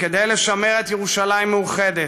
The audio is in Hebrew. כדי לשמר את ירושלים מאוחדת,